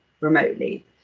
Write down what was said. remotely